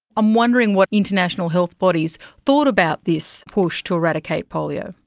i'm wondering what international health bodies thought about this push to eradicate polio?